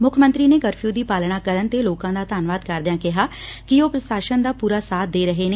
ਮੁੱਖ ਮੰਤਰੀ ਨੇ ਕਰਫਿਊ ਦੀ ਪਾਲਣਾ ਕਰਨ ਤੇ ਲੋਕਾ ਦਾ ਧੰਨਵਾਦ ਕਰਦਿਆ ਕਿਹਾ ਕਿ ਉਹ ਪ੍ਸ਼ਾਸਨ ਦਾ ਪੂਰਾ ਸਾਥ ਦੇ ਰਹੇ ਨੇ